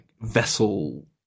vessel